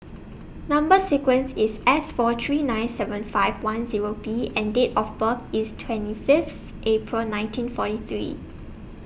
Number sequence IS S four three nine seven five one Zero B and Date of birth IS twenty Fifth April nineteen forty three